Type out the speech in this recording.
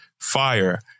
fire